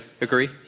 Agree